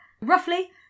Roughly